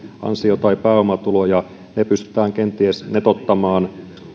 ansio tai pääomatuloja pystytään kenties netottamaan